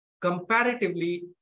comparatively